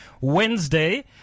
Wednesday